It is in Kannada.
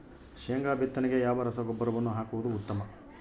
ಶೇಂಗಾ ಬಿತ್ತನೆಗೆ ಯಾವ ರಸಗೊಬ್ಬರವನ್ನು ಹಾಕುವುದು ಉತ್ತಮ?